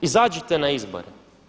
Izađite na izbore.